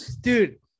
Dude